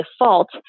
default